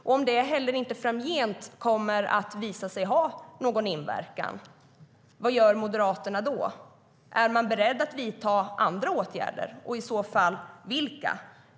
Om det inte heller framgent kommer att visa sig ha någon inverkan, vad gör Moderaterna då? Är de beredda att vidta andra åtgärder, och i så fall vilka?